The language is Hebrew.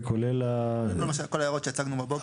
וכולל -- כל ההערות שהצגנו בבוקר.